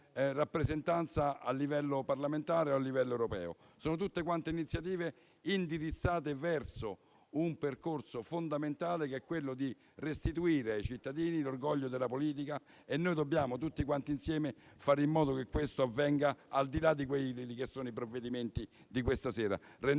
rappresentanza a livello parlamentare o a livello europeo. Sono tutte iniziative indirizzate verso un percorso fondamentale che è quello di restituire ai cittadini l'orgoglio della politica. Dobbiamo tutti quanti insieme fare in modo che questo avvenga al di là dei provvedimenti di questa sera,